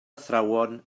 athrawon